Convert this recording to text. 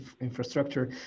infrastructure